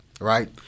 right